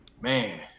Man